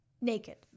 Naked